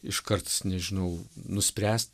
iškart nežinau nuspręst